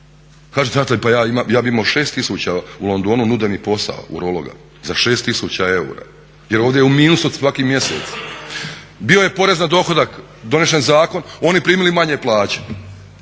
kaže tata pa bih imao 6 tisuća u Londonu, nude mi posao urologa za 6 tisuća eura. Jer ovdje je u minusu svaki mjesec. Bio je porez na dohodak, donesen zakon, oni primili manje plaće.